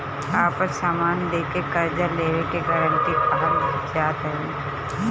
आपन समान दे के कर्जा लेवे के गारंटी कहल जात हवे